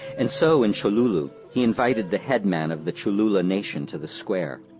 and so, in cholulu, he invited the headmen of the cholula nation to the square.